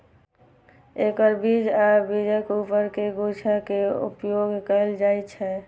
एकर बीज आ बीजक ऊपर के गुद्दा के उपयोग कैल जाइ छै